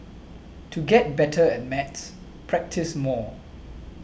to get better at maths practise more